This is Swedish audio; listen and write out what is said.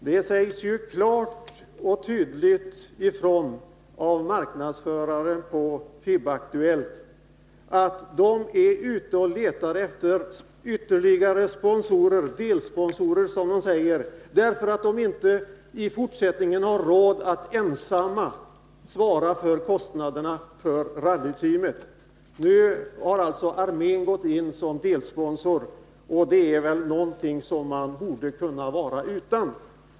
Herr talman! Det sägs klart och tydligt ifrån av marknadsföraren på FIB-Aktuellt att tidningen är ute och letar efter ytterligare delsponsorer, därför att man i fortsättningen inte har råd att ensam svara för kostnaderna för rallyteamet. Nu har alltså armén gått in såsom delsponsor. Det är väl någonting som vi borde kunna vara utan.